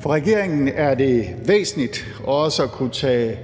For regeringen er det væsentligt også at kunne tage